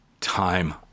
time